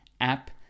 app